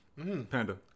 panda